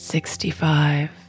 Sixty-five